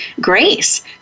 grace